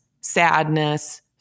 sadness